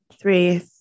three